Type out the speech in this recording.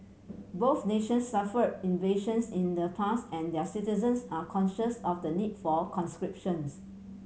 both nations suffered invasions in the past and their citizens are conscious of the need for conscriptions